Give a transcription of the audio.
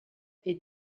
est